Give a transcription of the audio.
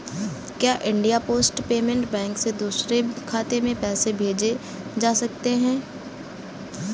क्या India post payment bank से दूसरे खाते में पैसे भेजे जा सकते हैं?